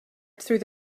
through